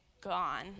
gone